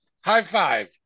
high-five